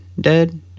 dead